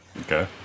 Okay